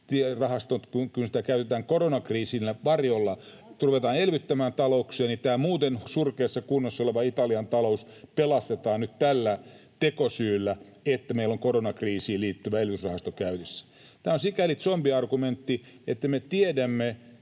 käytetään koronakriisin varjolla, ruvetaan elvyttämään talouksia, niin tämä muuten surkeassa kunnossa oleva Italian talous pelastetaan nyt tällä tekosyyllä, että meillä on koronakriisiin liittyvä elvytysrahasto käytössä. Tämä on sikäli zombiargumentti, että me tiedämme